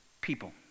people